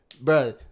Bro